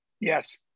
Yes